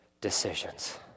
decisions